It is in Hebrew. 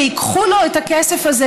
שייקחו לו את הכסף הזה,